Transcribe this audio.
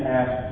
ask